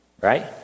Right